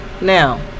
Now